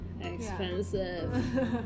expensive